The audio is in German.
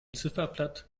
ziffernblatt